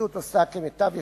הפרקליטות עושה כמיטב יכולתה,